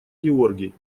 георгий